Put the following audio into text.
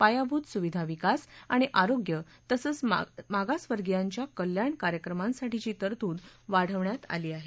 पायाभूत सुविधा विकास आणि आरोग्य तसंच मागासवर्गियांच्या कल्याण कार्यक्रमांसाठीची तरतूद वाढवण्यात आली आहे